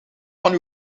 van